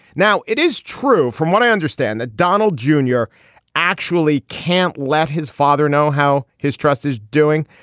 now it is true. from what i understand that donald junior actually can't let his father know how his trust is doing.